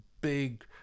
big